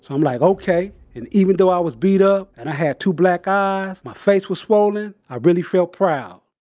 i'm like, ok. and, even though i was beat up, and i had two black eyes, my face was swollen, i really felt proud